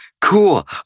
cool